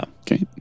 okay